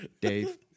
Dave